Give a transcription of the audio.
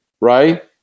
right